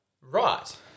Right